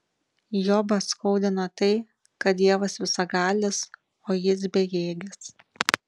jobą skaudina tai kad dievas visagalis o jis bejėgis